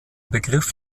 begriff